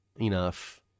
enough